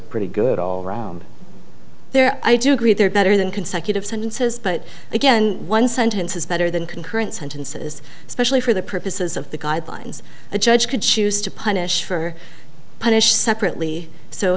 pretty good all right there i do agree they're better than consecutive sentences but again one sentence is better than concurrent sentences especially for the purposes of the guidelines the judge could choose to punish her punish separately so